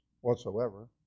whatsoever